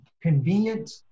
convenient